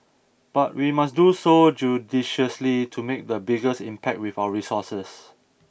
but we must do so judiciously to make the biggest impact with our resources